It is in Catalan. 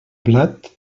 blat